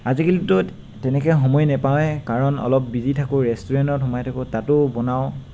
আজিকালিতো তেনেকৈ সময় নেপাওঁৱে কাৰণ অলপ বিজি থাকোঁ ৰেষ্টুৰেন্টত সোমাই থাকোঁ তাতো বনাওঁ